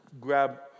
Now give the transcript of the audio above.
grab